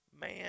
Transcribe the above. man